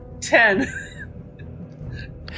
Ten